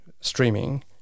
streaming